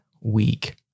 week